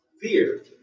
Fear